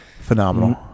Phenomenal